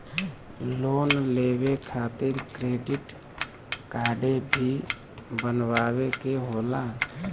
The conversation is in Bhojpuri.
लोन लेवे खातिर क्रेडिट काडे भी बनवावे के होला?